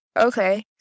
Okay